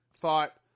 thought